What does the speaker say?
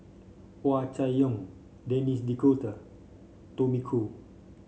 Hua Chai Yong Denis D'Cotta Tommy Koh